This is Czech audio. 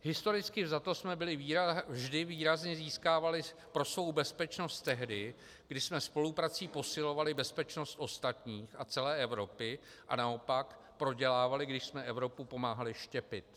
Historicky vzato jsme vždy výrazně získávali pro svou bezpečnost tehdy, když jsme spoluprací posilovali bezpečnost ostatních a celé Evropy, a naopak prodělávali, když jsme Evropu pomáhali štěpit.